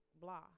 blah